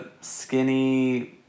skinny